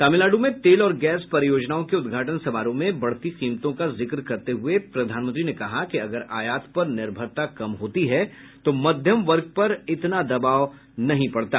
तमिलनाडू में तेल और गैस परियोजनाओं के उद्घाटन समारोह में बढ़ती कीमतों का जिक्र करते हुए प्रधानमंत्री ने कहा कि अगर आयात पर निर्भरता कम होती है तो मध्यम वर्ग पर इतना दबाव नहीं पड़ता